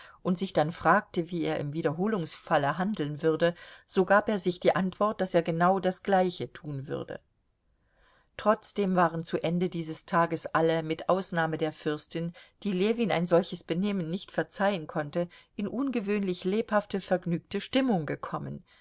und sich dann fragte wie er im wiederholungsfalle handeln würde so gab er sich die antwort daß er genau das gleiche tun würde trotzdem waren zu ende dieses tages alle mit ausnahme der fürstin die ljewin ein solches benehmen nicht verzeihen konnte in ungewöhnlich lebhafte vergnügte stimmung gekommen